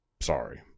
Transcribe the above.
Sorry